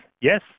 Yes